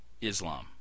Islam